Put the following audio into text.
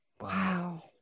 Wow